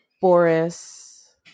Boris